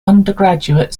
undergraduate